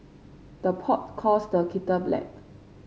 the pot calls the kettle black